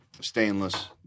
stainless